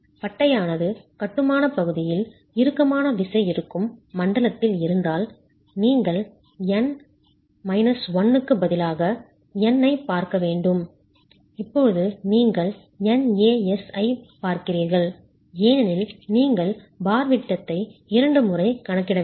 பட்டையானது கட்டுமான பகுதியில் இறுக்கமான விசைஇருக்கும் மண்டலத்தில் இருந்தால் நீங்கள் n 1 க்குப் பதிலாக n ஐப் பார்க்க வேண்டும் இப்போது நீங்கள் nAsi ஐப் பார்க்கிறீர்கள் ஏனெனில் நீங்கள் பார் விட்டத்தை இரண்டு முறை கணக்கிடவில்லை